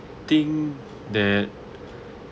think that